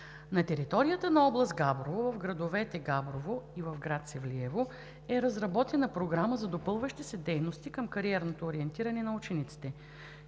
На територията на област Габрово, в градовете Габрово и Севлиево, е разработена Програма за допълващи се дейности към кариерното ориентиране на учениците.